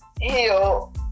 heal